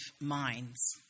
minds